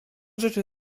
życzy